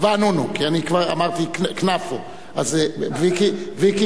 וענונו, אני כבר אמרתי כנפו, אז, ויקי